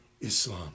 Islam